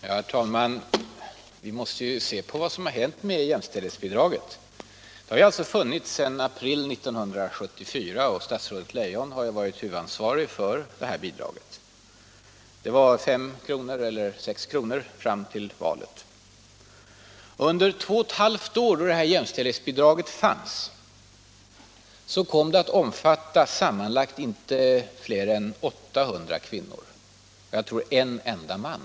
Herr talman! Vi måste se på vad som har hänt med jämställdhetsbidraget. Det har funnits sedan april 1974, och Anna-Greta Leijon har tidigare varit huvudansvarig för det här bidraget. Fram till valet var det 5 eller 6 kr. Under de två och ett halvt år då jämställdhetsbidraget fanns kom det att omfatta sammanlagt inte fler än 800 kvinnor och jag tror en enda man!